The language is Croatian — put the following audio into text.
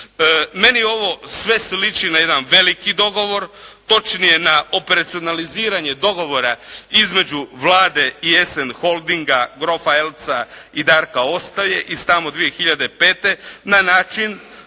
Meni ovo sve sliči na jedan veliki dogovor, točnije na operacionaliziranje dogovora između Vlade i SN Holding … /Govornik se ne razumije./ … i